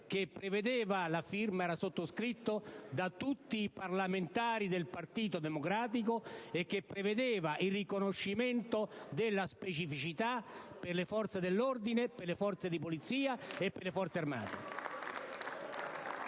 Forze armate e che era sottoscritto da tutti i parlamentari del Partito Democratico: esso prevedeva il riconoscimento della specificità per le Forze dell'ordine, le Forze di Polizia e le Forze armate.